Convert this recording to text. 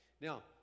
Now